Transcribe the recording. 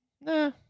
nah